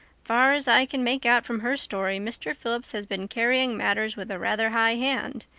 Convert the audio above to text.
far as i can make out from her story, mr. phillips has been carrying matters with a rather high hand.